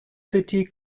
city